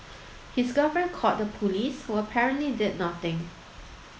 his girlfriend called the police who apparently did nothing